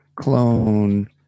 clone